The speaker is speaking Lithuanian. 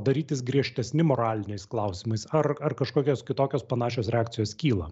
darytis griežtesni moraliniais klausimais ar ar kažkokios kitokios panašios reakcijos kyla